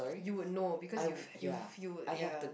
you would know because you've if you would ya